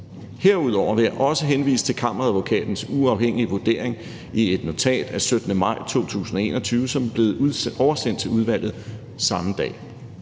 Herudover vil jeg også henvise til Kammeradvokatens uafhængige vurdering i et notat af 17. maj 2021, som blev oversendt til udvalget samme dag,